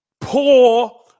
poor